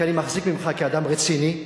כי אני מחזיק ממך אדם רציני.